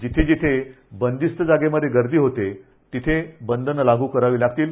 जिथे जिथे बंदिस्त जागेमधे गर्दी होतेय तिथे बंधनं लागू करावी लागतील